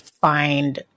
find